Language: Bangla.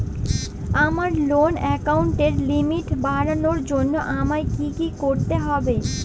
আমার লোন অ্যাকাউন্টের লিমিট বাড়ানোর জন্য আমায় কী কী করতে হবে?